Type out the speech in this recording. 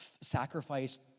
sacrifice